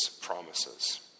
promises